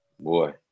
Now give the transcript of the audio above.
Boy